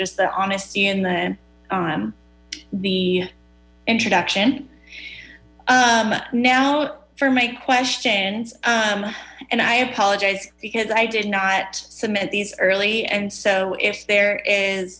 just the honesty in them the introduction now for my questions and i apologize because i did not submit these early and so if there